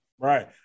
Right